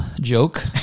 joke